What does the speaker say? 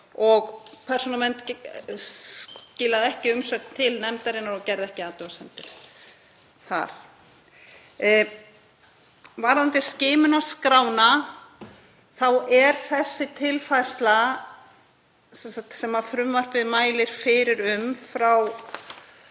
Persónuvernd skilaði ekki umsögn til nefndarinnar og gerði ekki athugasemdir. Varðandi skimunarskrána þá er þessi tilfærsla, sem frumvarpið mælir fyrir um,